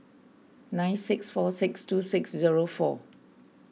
nine six four six two six zero four